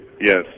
Yes